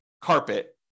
carpet